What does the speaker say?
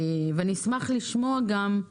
אני אשמח לשמוע כי